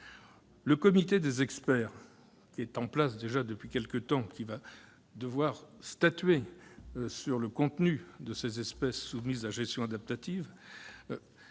Le comité des experts, qui est en place depuis quelque temps et qui va devoir statuer sur le contenu des espèces soumises à la gestion adaptative,